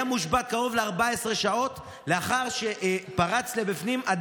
היה מושבת קרוב ל-14 שעות לאחר שאדם פרץ פנימה.